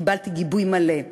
קיבלתי גיבוי מלא,